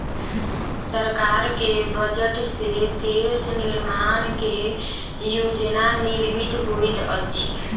सरकार के बजट से देश निर्माण के योजना निर्मित होइत अछि